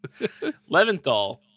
Leventhal